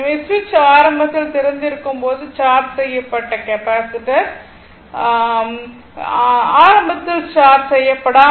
எனவே சுவிட்ச் ஆரம்பத்தில் திறந்திருக்கும் போது சார்ஜ் செய்யப்பட்ட கெபாசிட்டர் ஆரம்பத்தில் சார்ஜ் செய்யப்படாமல் இருந்தது